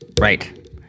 Right